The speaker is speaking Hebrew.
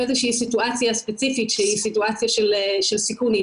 איזושהי סיטואציה ספציפית שהיא סיטואציה שהיא סיכונית,